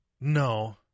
No